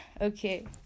Okay